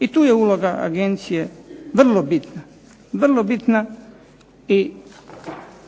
i tu je uloga agencije vrlo bitna i bez